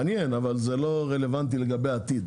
צריך